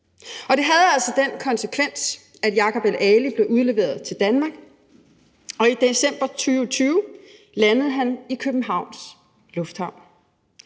Og det havde altså den konsekvens, at Jacob el-Ali blev udleveret til Danmark, og i december 2020 landede han i Københavns Lufthavn.